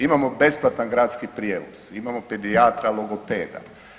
Imamo besplatan gradski prijevoz, imamo pedijatra, logopeda.